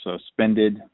suspended